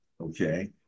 okay